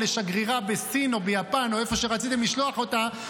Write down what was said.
לשגרירה בסין או ביפן או איפה שרציתם לשלוח אותה,